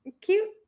cute